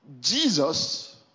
Jesus